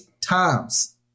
times